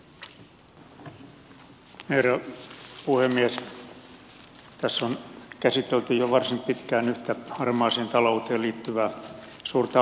tässä on käsitelty jo varsin pitkään yhtä harmaaseen talouteen liittyvää suurta ongelmaa